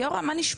גיורא ואלה: